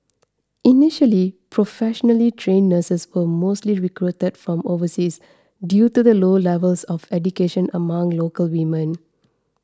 initially professionally trained nurses were mostly recruited that from overseas due to the low levels of education among local women